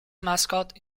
mascot